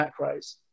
macros